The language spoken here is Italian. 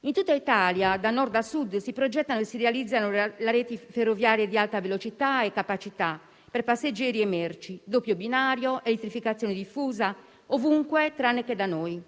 In tutta Italia, da Nord a Sud, si progettano e si realizzano le reti ferroviarie di alta velocità e capacità per passeggeri e merci, il doppio binario, l'elettrificazione diffusa: ovunque, tranne che da noi.